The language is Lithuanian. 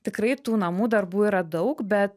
tikrai tų namų darbų yra daug bet